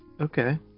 Okay